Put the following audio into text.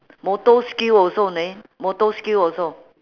motor skill also leh motor skill also